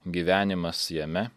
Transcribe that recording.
gyvenimas jame